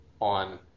on